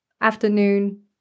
afternoon